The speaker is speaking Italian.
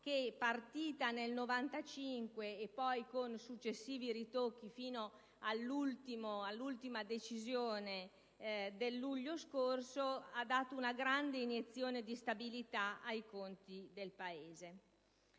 che, partita nel 1995, con successivi ritocchi fino all'ultima decisione del luglio scorso, ha dato una grande iniezione di stabilità ai conti del Paese.